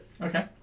Okay